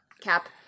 Cap